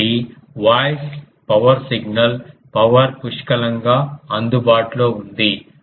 కాబట్టి voice power signal power పుష్కలంగా అందుబాటులో ఉంది